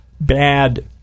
bad